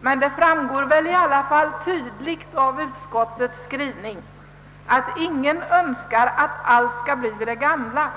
Men det framgår väl ändå tydligt av utskottets skrivning att ingen önskar att allt skall bli vid det gamla.